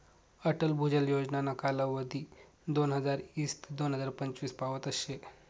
अटल भुजल योजनाना कालावधी दोनहजार ईस ते दोन हजार पंचवीस पावतच शे